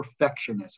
perfectionism